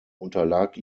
unterlag